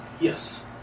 Yes